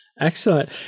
Excellent